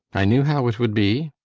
i knew how it would be!